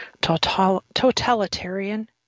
totalitarian